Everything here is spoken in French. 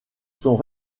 sont